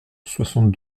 soixante